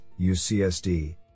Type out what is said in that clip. UCSD